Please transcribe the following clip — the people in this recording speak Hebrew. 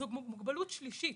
זאת מוגבלות שלישית,